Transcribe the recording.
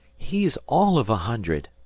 he's all of a hundred.